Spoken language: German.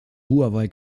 huawei